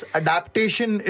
adaptation